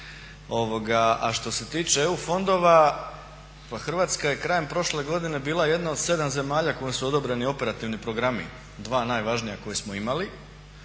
A što se tiče EU fondova, pa Hrvatska je krajem prošle godine bila jedna od 7 zemalja kojoj su odobreni operativni programi, dva najvažnija koja smo imali,